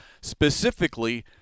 specifically